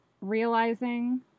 realizing